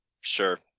sure